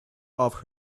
off